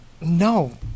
No